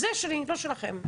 זה שלי, לא שלכם.